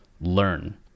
learn